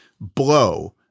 blow